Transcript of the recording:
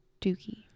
dookie